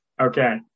okay